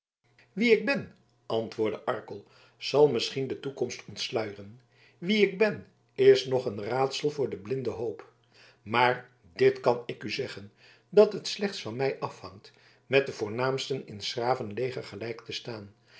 wie ik ben antwoordde arkel zal misschien de toekomst ontsluieren wie ik ben is nog een raadsel voor den blinden hoop maar dit kan ik u zeggen dat het slechts van mij afhangt met de voornaamsten in s graven leger gelijk te staan